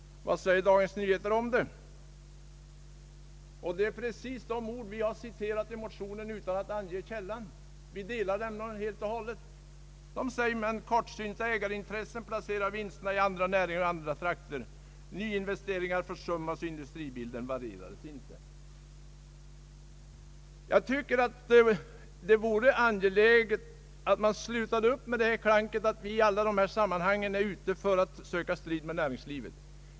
Dagens Nyheter skrev då precis de ord som vi citerar i motionen utan att ange källan. Vi delar nämligen tidningens uppfattning helt och hållet när den skriver: »Men kortsynta ägarintressen placerade vinsterna i andra näringar och andra trakter, nyinvestering ar försummades, industribilden varierades inte.» Jag tycker mot denna bakgrund att man borde sluta med att klanka på oss och påstå att vi i alla sammanhang är ute för att söka strid med näringslivet.